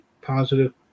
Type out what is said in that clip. positive